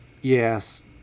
yes